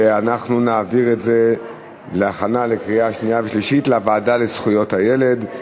ואנחנו נעביר את זה להכנה לקריאה שנייה ושלישית בוועדה לזכויות הילד.